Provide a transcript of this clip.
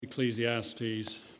Ecclesiastes